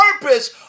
purpose